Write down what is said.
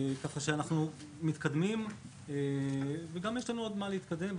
אנחנו מתקדמים וגם יש לנו עוד מה להתקדם.